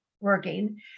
working